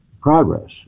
progress